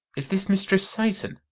is this mistress satan?